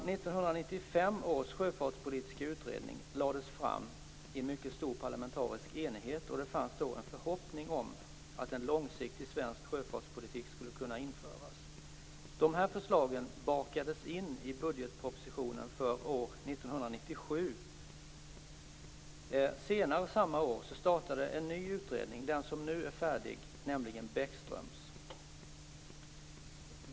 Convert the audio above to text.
1995 års sjöfartspolitiska utredning lades fram i mycket stor parlamentarisk enighet. Det fanns en förhoppning om att en långsiktig svensk sjöfartspolitik skulle kunna införas. De här förslagen bakades in i budgetpropositionen för år 1997. Senare samma år startade en ny utredning, den som nu är färdig, nämligen Bäckströms.